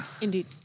Indeed